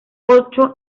ocho